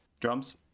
Drums